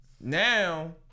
now